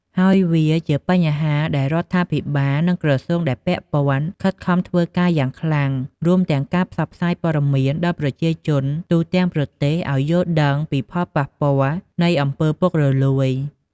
ហើយវាជាបញ្ហាដែលរដ្ឋាភិបាល និងក្រសួងដែលពាក់ព័ន្ធខិតខំធ្វើការយ៉ាងខ្លាំង រួមទាំងការផ្សព្វផ្សាយព័ត៌មានដល់ប្រជាជនទូទាំងប្រទេសឲ្យយល់ដឹងពីផលប៉ះពាល់នៃអំពើរពុករលូយ។